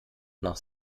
nach